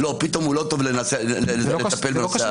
פתאום הוא לא טוב לטפל בנושא.